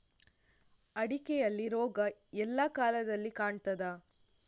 ಅಡಿಕೆಯಲ್ಲಿ ರೋಗ ಎಲ್ಲಾ ಕಾಲದಲ್ಲಿ ಕಾಣ್ತದ?